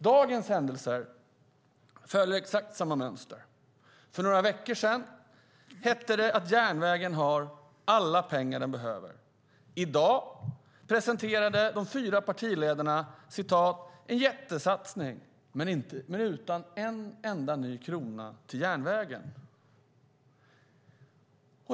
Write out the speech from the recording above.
Dagens händelser följer exakt samma mönster. För några veckor sedan hette det att järnvägen har alla pengar den behöver. I dag presenterade de fyra partiledarna vad som kallas en jättesatsning men inte innebär en enda ny krona till järnvägen.